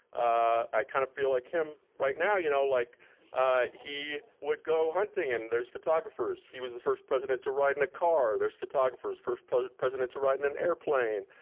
i kind of feel like him right now, you know like he would go hunting and there's photographers. he was the first president to ride in a car, there's photographers, first president to ride in an airplane,